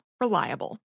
reliable